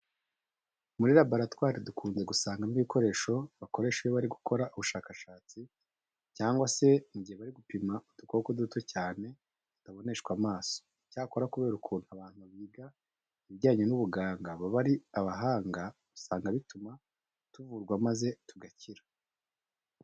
Muri laboratwari dukunze gusangamo ibikoresho bakoresha iyo bari gukora ubushakashatsi cyangwa se mu gihe bari gupima udukoko duto cyane tutaboneshwa amaso. Icyakora kubera ukuntu abantu biga ibijyanye n'ubuganga baba ari abahanga, usanga bituma tuvurwa maze tugakira.